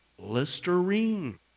listerine